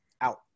out